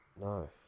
No